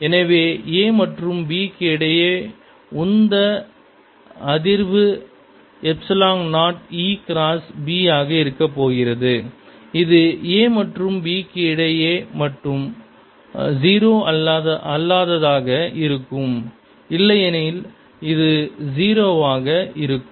எனவே a மற்றும் b க்கு இடையே உந்த அதிர்வு எப்ஸிலான் 0 E கிராஸ் B ஆக இருக்கப்போகிறது இது a மற்றும் b க்கு இடையே மட்டும் 0 அல்லாததாக இருக்கும் இல்லையெனில் இது 0 ஆக இருக்கும்